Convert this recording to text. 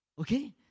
Okay